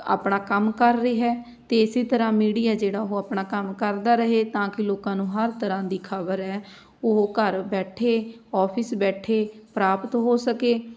ਆਪਣਾ ਕੰਮ ਕਰ ਰਿਹਾ ਅਤੇ ਇਸੇ ਤਰ੍ਹਾਂ ਮੀਡੀਆ ਜਿਹੜਾ ਉਹ ਆਪਣਾ ਕੰਮ ਕਰਦਾ ਰਹੇ ਤਾਂ ਕਿ ਲੋਕਾਂ ਨੂੰ ਹਰ ਤਰ੍ਹਾਂ ਦੀ ਖ਼ਬਰ ਹੈ ਉਹ ਘਰ ਬੈਠੇ ਔਫਿਸ ਬੈਠੇ ਪ੍ਰਾਪਤ ਹੋ ਸਕੇ